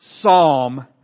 Psalm